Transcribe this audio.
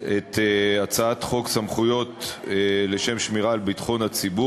את הצעת חוק סמכויות לשם שמירה על ביטחון הציבור